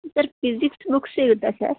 sir physics book ಸಿಗುತ್ತ sir